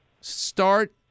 start